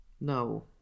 no